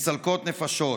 מצלקות נפשות.